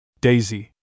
Daisy